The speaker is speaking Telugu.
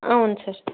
అవును సార్